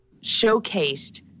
Showcased